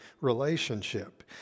relationship